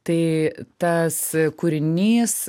tai tas kūrinys